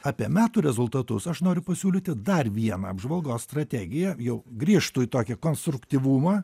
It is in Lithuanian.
apie metų rezultatus aš noriu pasiūlyti dar vieną apžvalgos strategiją jau grįžtu į tokį konstruktyvumą